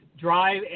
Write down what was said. drive